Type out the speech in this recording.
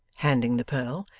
handing the purl,